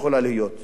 מצד ישראל.